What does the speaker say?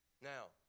Now